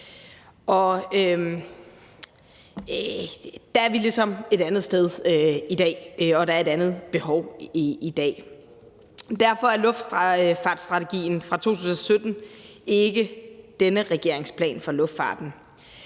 Der er vi ligesom et andet sted i dag, og der er et andet behov i dag. Derfor er luftfartsstrategien fra 2017 ikke denne regerings plan for luftfarten,